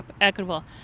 equitable